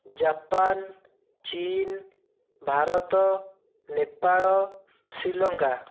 Japan ଚୀନ ଭାରତ ନେପାଳ ଶ୍ରୀଲଙ୍କା